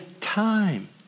time